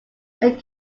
that